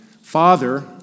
Father